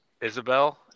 Isabel